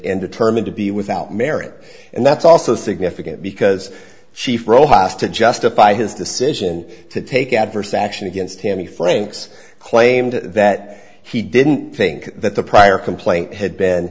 and determined to be without merit and that's also significant because she fro haas to justify his decision to take adverse action against him the franks claimed that he didn't think that the prior complaint had been